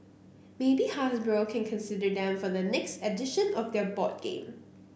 maybe Hasbro can consider them for their next edition of their board game